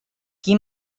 qui